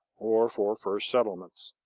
or for first settlements.